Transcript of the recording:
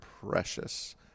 precious